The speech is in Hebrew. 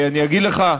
אני אגיד לך,